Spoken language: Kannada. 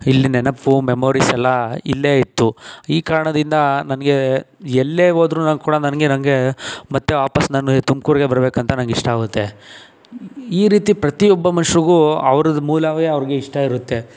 ಇಲ್ಲಿ ನೆನಪು ಮೆಮೊರೀಸೆಲ್ಲ ಇಲ್ಲೇ ಇತ್ತು ಈ ಕಾರಣದಿಂದ ನನಗೆ ಎಲ್ಲೇ ಹೋದ್ರು ನಂಗೆ ಕೂಡ ನನಗೆ ನನಗೆ ಮತ್ತೆ ವಾಪಸ್ಸು ನಾನು ತುಮಕೂರ್ಗೇ ಬರಬೇಕಂತ ನಂಗೆ ಇಷ್ಟ ಆಗುತ್ತೆ ಈ ರೀತಿ ಪ್ರತಿಯೊಬ್ಬ ಮನ್ಷನ್ಗೂ ಅವ್ರದ್ದು ಮೂಲವೇ ಅವ್ರಿಗೆ ಇಷ್ಟ ಇರುತ್ತೆ